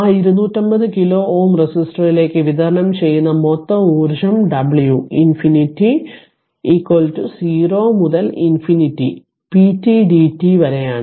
ആ 250 കിലോ Ω റെസിസ്റ്ററിലേക്ക് വിതരണം ചെയ്യുന്ന മൊത്തം ഊർജ്ജം W rഇൻഫിനിറ്റി 0 മുതൽ ഇൻഫിനിറ്റി p t dt വരെയാണ്